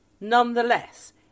nonetheless